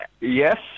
Yes